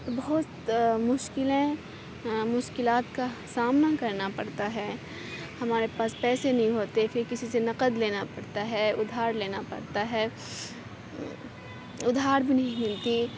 تو بہت مشکلیں مشکلات کا سامنا کرنا پڑتا ہے ہمارے پاس پیسے نہیں ہوتے پھر کسی سے نقد لینا پڑتا ہے ادھار لینا پڑتا ہے ادھار بھی نہیں ملتی